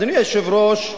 אדוני היושב-ראש,